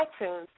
iTunes